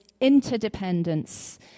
interdependence